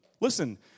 Listen